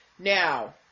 Now